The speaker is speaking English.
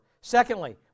Secondly